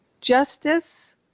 justice